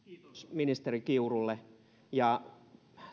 ministeri kiurulle ja